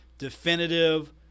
definitive